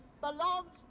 belongs